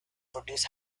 produce